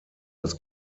das